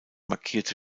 markierte